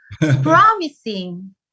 promising